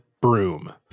broom